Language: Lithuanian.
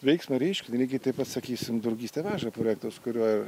veiksmą reiškinį lygiai taip pat sakysim draugystė veža projektas kuriuo